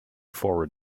forward